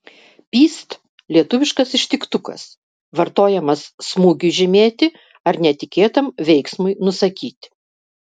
pyst lietuviškas ištiktukas vartojamas smūgiui žymėti ar netikėtam veiksmui nusakyti